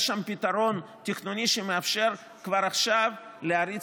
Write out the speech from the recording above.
יש שם פתרון תכנוני שמאפשר כבר עכשיו להריץ